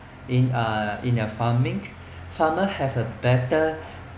in a in a farming farmer have a better